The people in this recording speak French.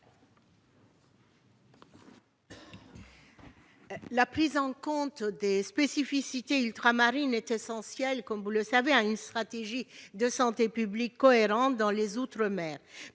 La prise en compte des spécificités ultramarines est essentielle à une stratégie de santé publique cohérente dans les outre-mer.